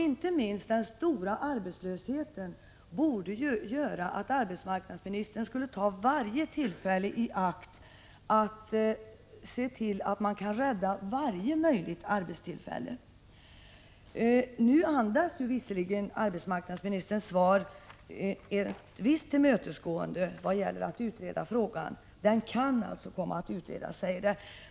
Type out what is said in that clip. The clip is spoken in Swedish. Inte minst den stora arbetslösheten borde göra att arbetsmarknadsministern tar varje chans att rädda varje arbetstillfälle. Nu präglas visserligen arbetsmarknadsministerns svar av ett visst tillmötesgående när det gäller utredning av frågan. Den kan alltså komma att utredas.